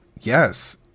Yes